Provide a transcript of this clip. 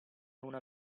una